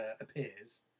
appears